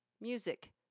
music